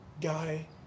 guy